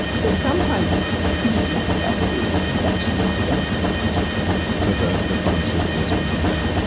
so sometimes, it's the treatment of the infection, not just the infection so the the pharmaceuticals can do that?